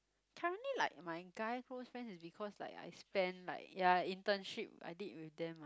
currently like my guy close friend is because like I spend like ya internship I did with them mah